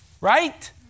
right